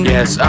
Yes